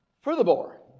Furthermore